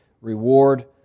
reward